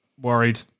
worried